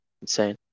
insane